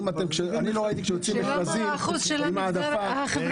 אני לא ראיתי שיוצאים מכרזים עם העדפה.